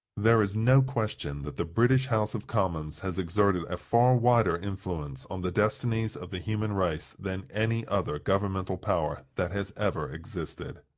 there is no question that the british house of commons has exerted a far wider influence on the destinies of the human race than any other governmental power that has ever existed.